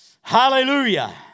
Hallelujah